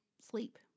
sleep